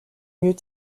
mieux